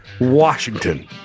Washington